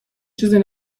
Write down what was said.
چیزی